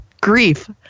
grief